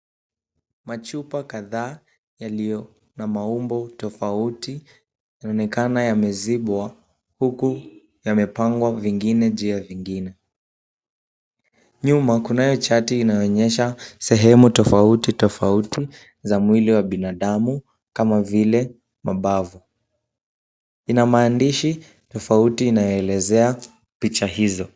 Machupa kadhaa yaliyo na maumbo tofauti, yanaonekana yamezibwa huku yamepangwa vingine juu ya vingine. Nyuma kunayo chati inayoonyesha sehemu tofauti tofauti za mwili wa binadamu kama vile, mabavu. Ina maandishi tofauti yanayoelezea picha hizo.